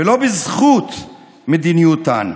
ולא בזכות מדיניותן,